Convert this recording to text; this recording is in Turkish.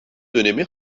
dönemi